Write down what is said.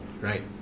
Right